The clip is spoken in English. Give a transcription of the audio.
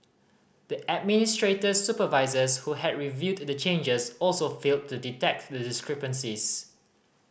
the administrator's supervisors who had reviewed the changes also failed to detect the discrepancies